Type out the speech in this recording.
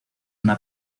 una